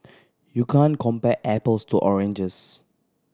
you can compare apples to oranges